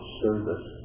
service